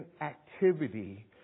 activity